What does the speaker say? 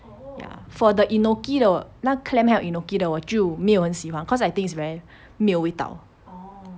ya for the enoki 的那 clam 还有 enoki 的就没有很喜欢 cause I think it's very 没有味道